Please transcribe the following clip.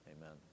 Amen